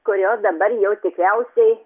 kurio dabar jau tikriausiai